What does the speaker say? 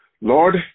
Lord